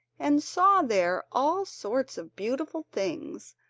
and saw there all sorts of beautiful things,